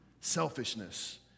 Selfishness